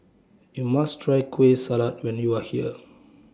YOU must Try Kueh Salat when YOU Are here